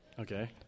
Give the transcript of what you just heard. Okay